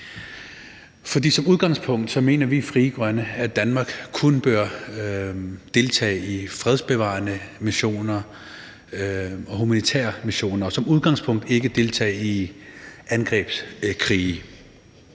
for som udgangspunkt mener vi i Frie Grønne, at Danmark kun bør deltage i fredsbevarende missioner og humanitære missioner og som udgangspunkt ikke deltage i angrebskrige.